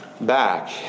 back